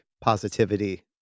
positivity